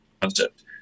concept